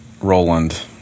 Roland